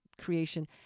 creation